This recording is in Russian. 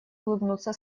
улыбнуться